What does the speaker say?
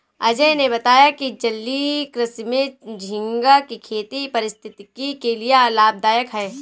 अजय ने बताया कि जलीय कृषि में झींगा की खेती पारिस्थितिकी के लिए लाभदायक है